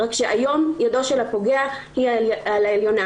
רק שהיום ידו של הפוגע היא על העליונה.